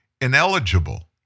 ineligible